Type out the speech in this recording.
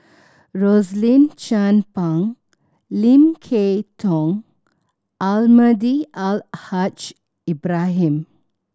Rosaline Chan Pang Lim Kay Tong Almahdi Al Haj Ibrahim